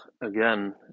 again